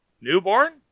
Newborn